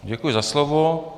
Děkuji za slovo.